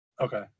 Okay